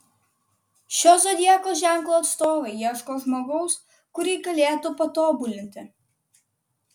šio zodiako ženklo atstovai ieško žmogaus kurį galėtų patobulinti